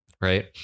right